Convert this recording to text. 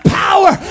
power